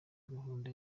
gahunda